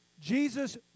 Jesus